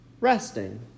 resting